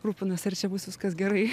rūpinasi ar čia bus viskas gerai